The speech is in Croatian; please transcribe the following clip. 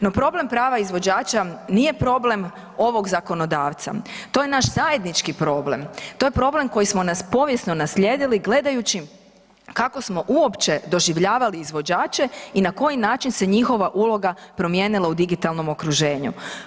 No problem prava izvođača nije problem ovog zakonodavca, to je naš zajednički problem, to je problem koji smo povijesno naslijedili gledajući kako smo uopće doživljavali izvođače i na koji način se njihova uloga promijenila u digitalnom okruženju.